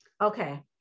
okay